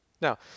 Now